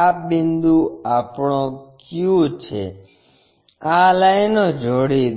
આ બિંદુ આપણો q છે આ લાઈનો જોડી દો